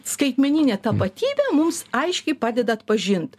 skaitmeninė tapatybė mums aiškiai padeda atpažint